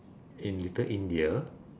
in little india